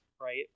right